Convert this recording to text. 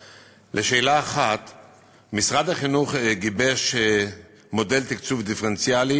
1. משרד החינוך גיבש מודל תקצוב דיפרנציאלי